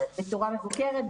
בצורה מבוקרת,